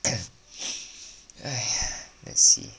!haiya! let's see